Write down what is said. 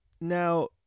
Now